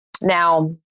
Now